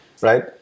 right